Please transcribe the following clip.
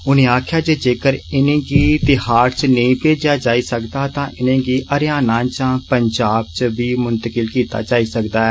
उनें आक्खेआ जे जेकर उनें गी तिहाड़ च नेईं भेजेआ जाई सकदा तां उनेंगी हरियाणा यां पंजाब च बी मुंकिल कीता जाई सकदा ऐ